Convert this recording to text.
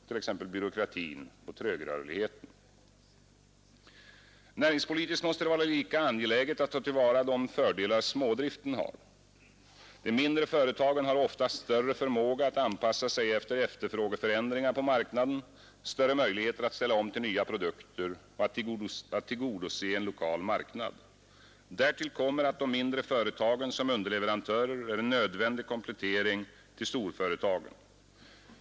t.ex. byråkratin och trögrörligheten. Näringspolitiskt måste det vara lika angeläget att ta till vara de fördelar smådriften har. De mindre företagen har oftast större förmåga att anpassa sig till efterfrågeförändringar på marknaden, större möjligheter att ställa om till nya produkter och att tillgodose en lokal marknad. Därtill kommer att de mindre företagen som underleverantörer är en nödvändig komplettering till storföretagen.